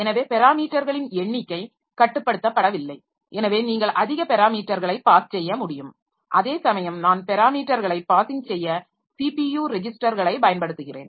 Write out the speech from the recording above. எனவே பெராமீட்டர்களின் எண்ணிக்கை கட்டுப்படுத்தப்படவில்லை எனவே நீங்கள் அதிக பெராமீட்டர்களை பாஸ் செய்ய முடியும் அதேசமயம் நான் பெராமீட்டர்களை பாஸிங் செய்ய ஸிபியு ரெஜிஸ்டர்களை பயன்படுத்துகிறேன்